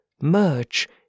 Merge